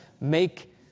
make